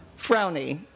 Frowny